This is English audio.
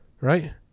Right